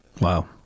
Wow